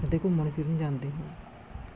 ਅਤੇ ਘੁੰਮਣ ਫਿਰਨ ਜਾਂਦੇ ਹਾਂ